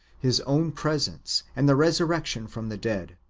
his own presence, and the resur rection from the dead